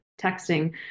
texting